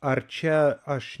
ar čia aš